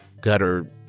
Gutter